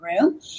room